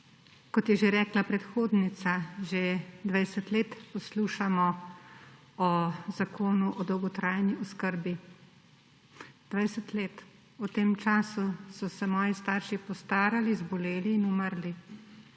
Kot je že rekla predhodnica, že 20 let poslušamo o zakonu o dolgotrajni oskrbi. 20 let. V tem času so se moji starši postarali, zboleli in umrli